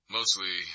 Mostly